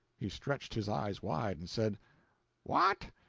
he stretched his eyes wide, and said what,